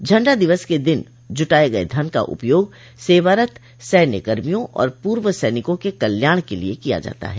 झंडा दिवस के दिन जुटाए गए धन का उपयोग सेवारत सैन्य कर्मियों आर पूर्व सैनिकों के कल्याण के लिए किया जाता है